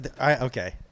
Okay